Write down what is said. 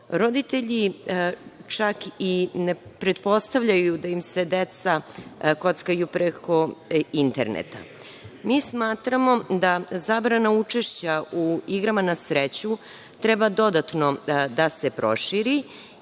Roditelji čak i ne pretpostavljaju da im se deca kockaju preko interneta. Mi smatramo da zabrana učešća u igrama na sreću treba dodatno da se proširi